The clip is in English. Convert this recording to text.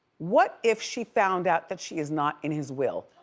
what if she found out that she is not in his will?